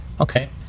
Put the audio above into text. Okay